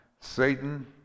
satan